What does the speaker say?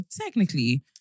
technically